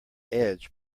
edge